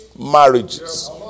Marriages